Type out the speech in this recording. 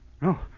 No